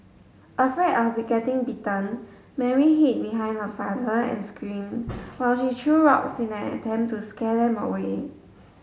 afraid of getting bitten Mary hid behind her father and screamed while he threw rocks in an attempt to scare them away